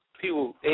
people